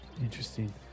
Interesting